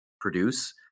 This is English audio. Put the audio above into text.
produce